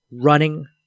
running